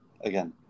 Again